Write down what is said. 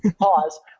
pause